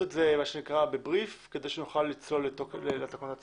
את זה בבריף כדי שנוכל לצלול לתקנות עצמן.